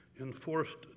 enforced